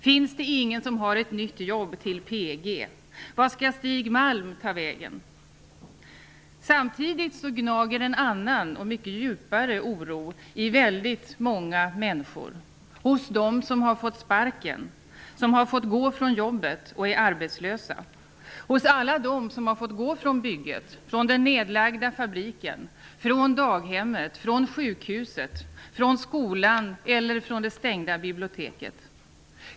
Finns det ingen som har ett nytt jobb till P.G.? Vart skall Stig Malm ta vägen? Samtidigt gnager en annan och mycket djupare oro i väldigt många människor som har fått sparken, som har fått gå från sina jobb, och är arbetslösa. Den finns hos alla dem som har fått gå från bygget, från den nedlagda fabriken, från daghemmet, från sjukhuset, från skolan eller från det stängda biblioteket.